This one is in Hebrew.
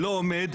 לא עומד?